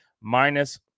minus